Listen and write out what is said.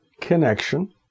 connection